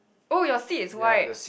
oh your seat is white